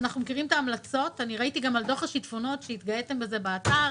ראיתי שלגבי דוח השיטפונות התגאיתם באתר